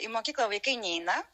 į mokyklą vaikai neina